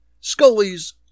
Scully's